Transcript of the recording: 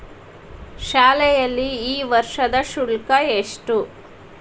ಶಾಲೆಯಲ್ಲಿ ಈ ವರ್ಷದ ಶುಲ್ಕ ಎಷ್ಟು?